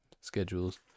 schedules